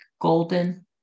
golden